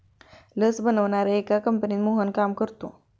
लस बनवणाऱ्या एका कंपनीत मोहन काम करतो